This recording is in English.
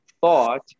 thought